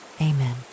amen